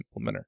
implementer